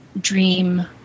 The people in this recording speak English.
dream